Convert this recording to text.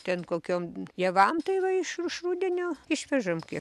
ten kokiom javam tai va iš iš rudenio išvežam